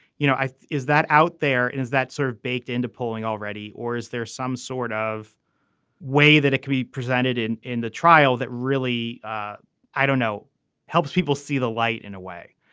you know is that out there and is that sort of baked into polling already or is there some sort of way that it could be presented in in the trial that really i don't know helps people see the light in a way.